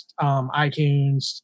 iTunes